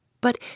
But